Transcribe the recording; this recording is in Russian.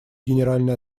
генеральной